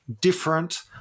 different